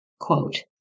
Quote